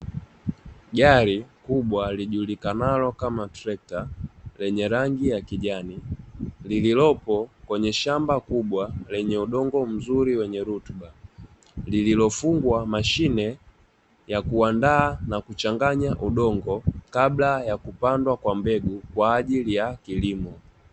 Gari kubwa lilijulikanalo kama trekta lenye rangi ya kijani, lililopo kwenye shamba kubwa lenye udongo mzuri wenye rutuba, lililofungwa mashine ya kuandaa na kuchanganya udongo kabla ya kupandwa kwa mbegu kwa ajili ya kilimo.